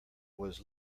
was